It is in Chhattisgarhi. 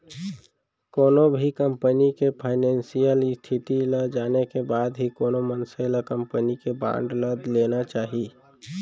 कोनो भी कंपनी के फानेसियल इस्थिति ल जाने के बाद ही कोनो मनसे ल कंपनी के बांड ल लेना चाही